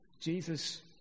Jesus